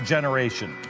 Generation